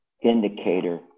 indicator